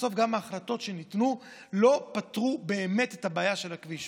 בסוף גם ההחלטות שניתנו לא פתרו באמת את הבעיה של הכביש,